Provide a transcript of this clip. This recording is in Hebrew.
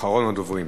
אחרון הדוברים,